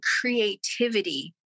creativity